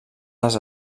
les